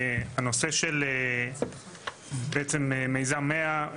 הנושא של "מיזם 100",